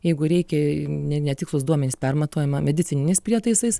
jeigu reikia ne netikslūs duomenys permatuojama medicininiais prietaisais